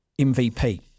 MVP